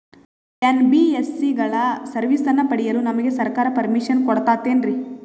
NBSC ಗಳ ಸರ್ವಿಸನ್ನ ಪಡಿಯಲು ನಮಗೆ ಸರ್ಕಾರ ಪರ್ಮಿಷನ್ ಕೊಡ್ತಾತೇನ್ರೀ?